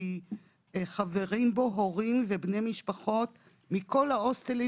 חברים בו הורים ובני משפחות מכל ההוסטלים